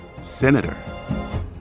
Senator